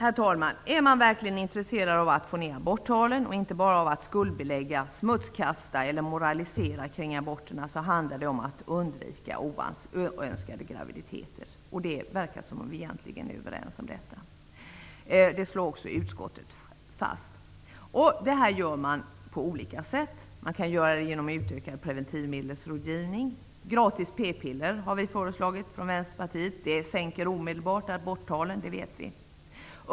Herr talman! Är man verkligen intresserad av att få ner aborttalen och inte bara av att skuldbelägga, smutskasta eller moralisera kring aborterna, så handlar det om att undvika oönskade graviditeter, och det verkar som om vi egentligen är överens om detta. Det slår också utskottet fast. Det här gör man på olika sätt. Man kan göra det genom utökad preventivmedelsrådgivning. Gratis p-piller har vi föreslagit från Vänsterpartiet -- det sänker omedelbart aborttalen, det vet vi.